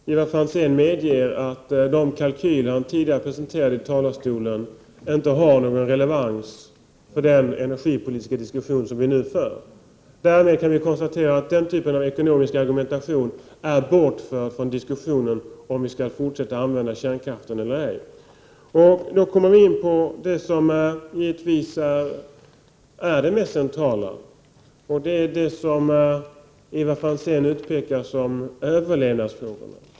Herr talman! Jag tycker det är bra att Ivar Franzén medger att de kalkyler som han tidigare presenterade från talarstolen inte har någon relevans för den energipolitiska diskussion som vi nu för. Därmed kan vi konstatera att den typen av ekonomisk argumentation är bortförd från diskussionen om huruvida vi skall fortsätta att använda kärnkraften eller ej. Då kommer vi in på det som givetvis är det mest centrala, nämligen det som Ivar Franzén utpekar som överlevnadsfrågorna.